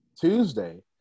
Tuesday